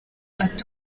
ati